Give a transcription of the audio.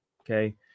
okay